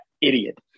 idiot